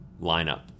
lineup